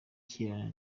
kera